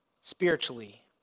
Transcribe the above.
spiritually